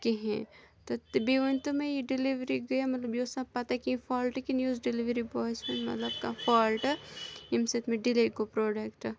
کِہیٖنۍ تہٕ تہٕ بیٚیہِ وٕنۍ تو مےٚ یہِ ڈِلِوری گٔیاہ مطلب یہِ ٲس نہ پَتہ کینٛہہ فالٹ کِنۍ یہِ اوس ڈِلؤری باے سُںٛد مطلب کانٛہہ فالٹ ییٚمۍ سۭتۍ مےٚ ڈِلے گوٚو پرٛوڈَکٹہٕ